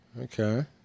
Okay